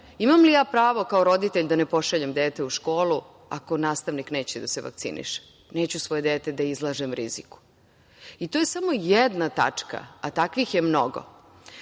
imam li ja pravo kao roditelj da ne pošaljem dete u školu ako nastavnik neće da se vakciniše? Neću svoje dete da izlažem riziku. I to je samo jedna tačka, a takvih je mnogo. To